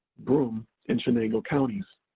broome, and chenango counties.